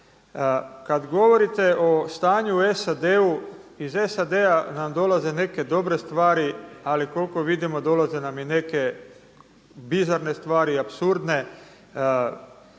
Kad govorite o stanju u SAD-u, iz SAD-a nam dolaze neke dobre stvari, ali koliko vidimo dolaze nam i neke bizarne stvari i apsurdne.